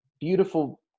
beautiful